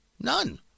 None